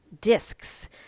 discs